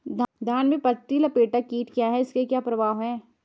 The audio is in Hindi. धान में पत्ती लपेटक कीट क्या है इसके क्या प्रभाव हैं?